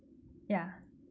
ya